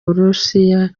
burusiya